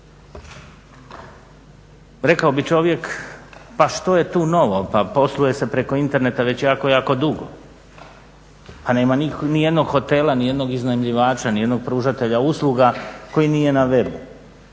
Rekao bi čovjek pa što je tu novo, pa posluje se preko interneta već jako, jako dugo a nema ni jednog hotela ni jednog iznajmljivača ni jednog pružatelja usluga koji nije na webu,